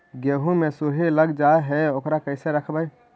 गेहू मे सुरही लग जाय है ओकरा कैसे रखबइ?